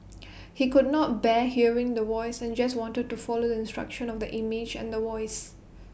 he could not bear hearing The Voice and just wanted to follow the instructions of the image and The Voice